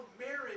marriage